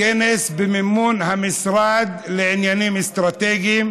כנס במימון המשרד לעניינים אסטרטגיים.